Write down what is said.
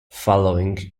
following